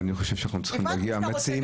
אני חושב --- הבנתי שאתה רוצה לקדם את זה.